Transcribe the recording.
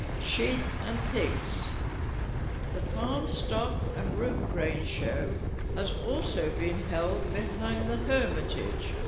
sheep and pigs the farm stock and root grain show has also been held behind the hermitage.